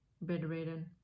bedridden